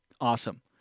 awesome